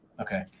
Okay